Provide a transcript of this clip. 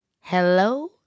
Hello